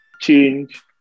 Change